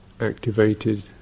activated